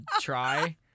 try